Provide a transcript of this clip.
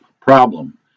problem